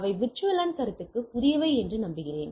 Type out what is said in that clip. அவை VLAN கருத்துக்கு புதியவை என்று நம்புகிறேன்